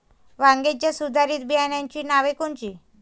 वांग्याच्या सुधारित बियाणांची नावे कोनची?